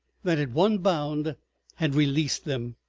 that at one bound had released them.